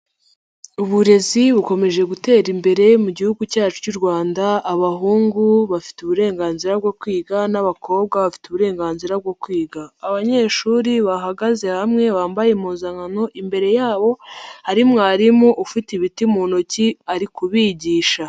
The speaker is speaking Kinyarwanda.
Uburezi bukomeje gutera imbere mu gihugu cyacu cy'u Rwanda abahungu bafite uburenganzira bwo kwiga n'abakobwa bafite uburenganzira bwo kwiga, abanyeshuri bahagaze hamwe bambaye impuzankano imbere yabo ari mwarimu ufite ibiti mu ntoki ari kubigisha.